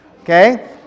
Okay